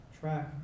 track